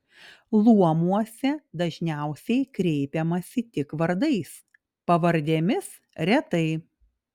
luomuose dažniausiai kreipiamasi tik vardais pavardėmis retai